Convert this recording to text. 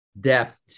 Depth